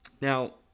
now